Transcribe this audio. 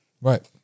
Right